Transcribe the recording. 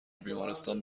بیمارستان